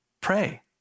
Pray